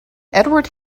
edward